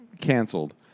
canceled